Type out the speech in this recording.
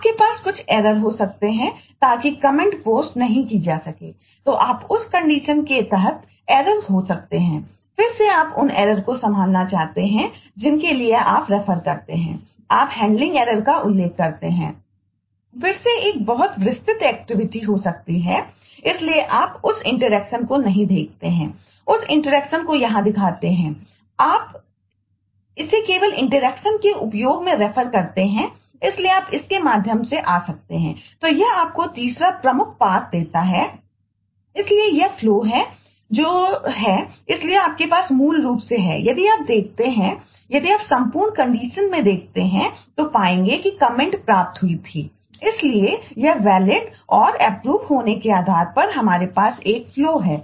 आप handling error है